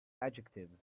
adjectives